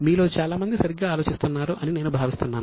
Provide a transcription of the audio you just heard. మీలో చాలా మంది సరిగ్గా ఆలోచిస్తున్నారు అని నేను భావిస్తున్నాను